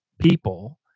people